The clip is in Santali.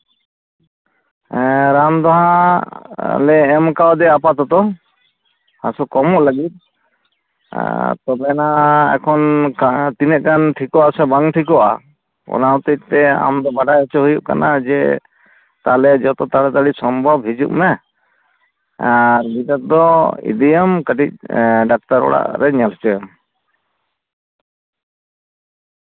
ᱦᱮᱸ ᱨᱟᱱ ᱫᱚ ᱦᱟᱸᱜ ᱞᱮ ᱮᱢ ᱠᱟᱣᱫᱮᱭᱟ ᱟᱯᱟᱛᱚᱛᱚ ᱦᱟᱹᱥᱩ ᱠᱚᱢᱚᱜ ᱞᱟᱹᱜᱤᱫ ᱛᱚᱵᱮ ᱱᱟᱦᱟᱜ ᱮᱠᱷᱚᱱ ᱛᱤᱱᱟᱹᱜ ᱜᱟᱱ ᱴᱷᱤᱠᱚᱜ ᱟᱥᱮ ᱵᱟᱝ ᱴᱷᱤᱠᱚᱜᱼᱟ ᱚᱱᱟ ᱦᱚᱛᱮᱡᱛᱮ ᱟᱢ ᱫᱚ ᱵᱟᱰᱟᱭ ᱦᱚᱪᱚ ᱦᱩᱭᱩᱜ ᱠᱟᱱᱟ ᱡᱮ ᱛᱟᱦᱹᱞᱮ ᱡᱚᱛᱚ ᱛᱟᱲᱟᱛᱟᱲᱤ ᱥᱚᱢᱵᱷᱚᱵ ᱦᱤᱡᱩᱜ ᱢᱮ ᱜᱤᱫᱟᱹᱨ ᱫᱚ ᱤᱫᱤᱭᱮᱢ ᱠᱟᱹᱴᱤᱡ ᱰᱟᱠᱛᱟᱨ ᱚᱲᱟᱜ ᱨᱮ ᱧᱮᱞ ᱦᱚᱪᱚᱭᱮᱢ